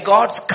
God's